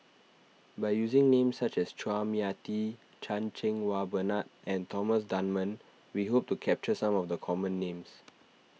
by using names such as Chua Mia Tee Chan Cheng Wah Bernard and Thomas Dunman we hope to capture some of the common names